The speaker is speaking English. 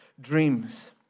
dreams